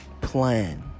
plan